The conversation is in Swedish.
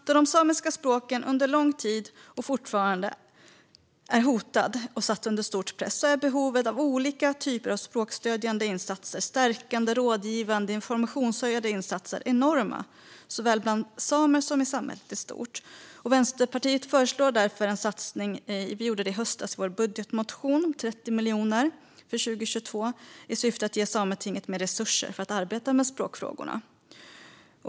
Då de samiska språken under lång tid har varit och fortfarande är hotade och satta under stor press är behoven av olika typer av språkstödjande, stärkande, rådgivande och informationshöjande insatser enorma såväl bland samer som i samhället i stort. Vänsterpartiet föreslog därför i sin budgetmotion i höstas en satsning på 30 miljoner kronor för 2022 i syfte att ge Sametinget mer resurser för att arbeta med språkfrågorna.